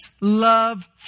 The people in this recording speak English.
love